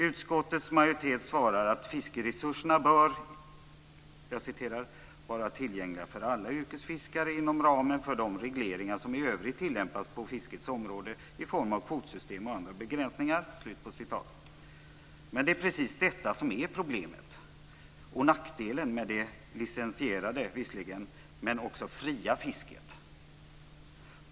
Utskottets majoritet svarar att fiskeresurserna bör vara "- tillgängliga för alla yrkesfiskare inom ramen för de regleringar som i övrigt tillämpas på fiskets område i form av kvotsystem och begränsning av fiskeansträngningarna m.m." Men det är precis detta som är problemet och nackdelen med det visserligen licensierade men också fria fisket.